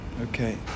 okay